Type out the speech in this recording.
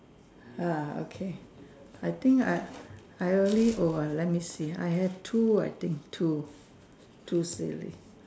ah okay I think I I really oh uh let me see I have two I think two two silly